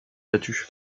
battus